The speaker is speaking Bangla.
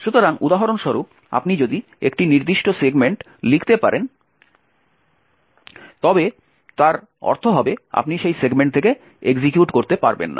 সুতরাং উদাহরণস্বরূপ আপনি যদি একটি নির্দিষ্ট সেগমেন্টে লিখতে পারেন তবে তার অর্থ হবে আপনি সেই সেগমেন্ট থেকে এক্সিকিউট করতে পারবেন না